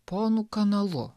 ponu kanalu